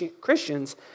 Christians